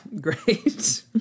great